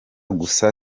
gusa